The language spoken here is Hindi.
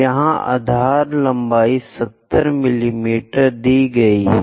यहां आधार लंबाई 70 मिमी दी गई है